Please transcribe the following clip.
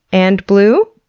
and blue?